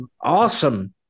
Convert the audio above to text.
awesome